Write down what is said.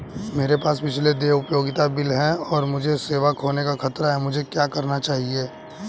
मेरे पास पिछले देय उपयोगिता बिल हैं और मुझे सेवा खोने का खतरा है मुझे क्या करना चाहिए?